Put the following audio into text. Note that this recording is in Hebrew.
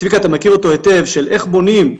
צביקה, אתה מכיר אותו היטב, של איך בונים,